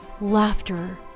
Laughter